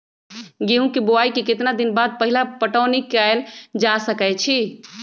गेंहू के बोआई के केतना दिन बाद पहिला पटौनी कैल जा सकैछि?